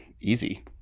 easy